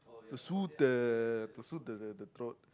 to soothe the to soothe the throat